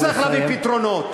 הוא צריך להביא פתרונות.